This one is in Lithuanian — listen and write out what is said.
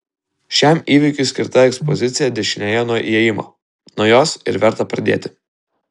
šiam įvykiui skirta ekspozicija dešinėje nuo įėjimo nuo jos ir verta pradėti